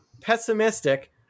pessimistic